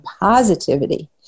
positivity